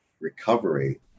recovery